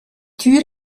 tür